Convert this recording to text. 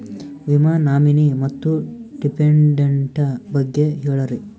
ವಿಮಾ ನಾಮಿನಿ ಮತ್ತು ಡಿಪೆಂಡಂಟ ಬಗ್ಗೆ ಹೇಳರಿ?